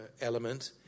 element